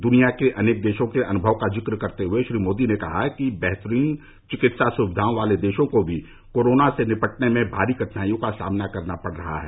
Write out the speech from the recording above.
दृनिया के अनेक देशों के अनुभव का जिक्र करते हुए श्री मोदी ने कहा कि बेहतरीन चिकित्सा सुविधाओं वाले देशों को भी कोरोना से निपटने में भारी कठिनाइयों का सामना करना पड़ रहा है